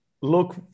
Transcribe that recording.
look